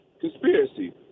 conspiracy